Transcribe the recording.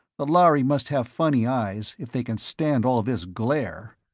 the lhari must have funny eyes, if they can stand all this glare!